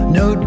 no